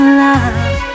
love